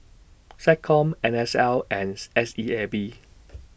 Seccom N S L S E A B